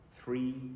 three